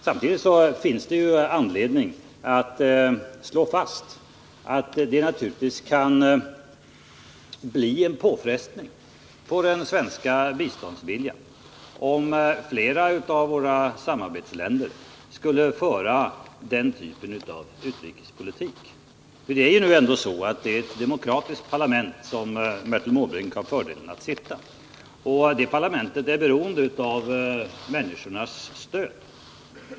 Samtidigt finns det anledning att slå fast att det naturligtvis kan bli en påfrestning på den svenska biståndsviljan om flera av våra samarbetsländer skulle. föra den här typen av utrikespolitik. Det är nu ändå så att det är ett demokratiskt parlament som Bertil Måbrink har fördelen att sitta i. Och det parlamentet är beroende av människornas stöd.